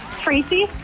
Tracy